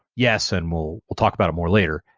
yes, and we'll will talk about it more later.